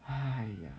!aiya!